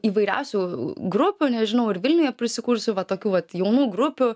įvairiausių grupių nežinau ir vilniuje prisikūrusių va tokių vat jaunų grupių